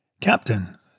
Captain